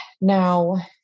now